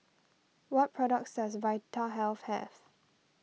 what products does Vitahealth have